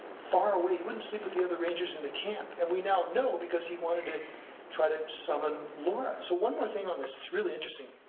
far away, he wouldn't sleep with the other rangers in the camp. and we now know, because he wanted to try to summon laura. so one more thing on this, it's really interesting.